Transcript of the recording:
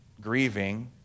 grieving